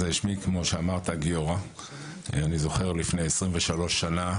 אני זוכר לפני 23 שנה,